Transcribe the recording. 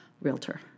realtor